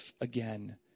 again